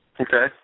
Okay